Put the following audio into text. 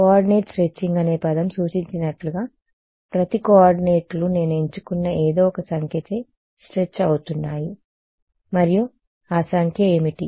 coordinate stretching అనే పదం సూచించినట్లుగా ప్రతి కోఆర్డినేట్లు నేను ఎంచుకున్న ఎదో ఒక సంఖ్య చే స్ట్రెచ్ అవుతున్నాయి మరియు ఆ సంఖ్య ఏమిటి